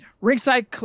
Ringside